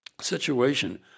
situation